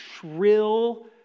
shrill